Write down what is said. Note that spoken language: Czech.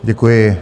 Děkuji.